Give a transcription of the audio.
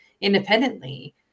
independently